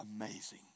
amazing